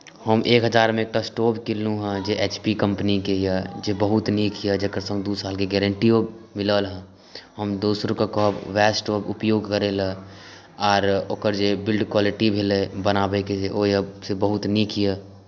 हम एक हजारमे एकटा स्टोव किनलहुँ हेँ जे एच पी कम्पनीके यए जे बहुत नीक यए जकर सङ्ग दू सालके गैरन्टियो मिलल हेँ हम दोसरोकेँ कहब उएह स्टोव उपयोग करय लेल आर ओकर जे बिल्ड क्वालिटी भेलै बनाबै के जे ओ यए से बहुत नीक यए